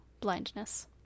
blindness